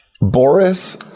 Boris